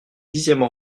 dixième